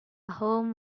home